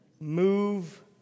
Move